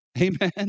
Amen